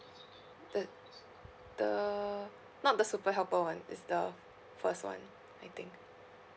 the the not the super helper [one] is the first [one] I think